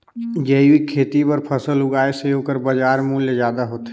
जैविक खेती बर फसल उगाए से ओकर बाजार मूल्य ज्यादा होथे